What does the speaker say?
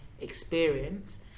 experience